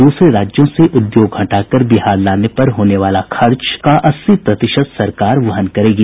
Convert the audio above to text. दूसरे राज्यों से उद्योग हटाकर बिहार लाने पर होने वाले खर्च का अस्सी प्रतिशत सरकार वहन करेगी